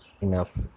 enough